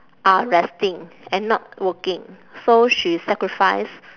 are resting and not working so she sacrifice